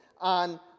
on